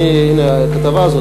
הנה הכתבה הזאת,